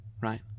right